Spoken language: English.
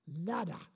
Nada